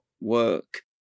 work